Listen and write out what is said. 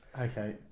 Okay